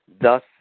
Thus